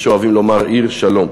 יש האוהבים לומר "עיר שלום",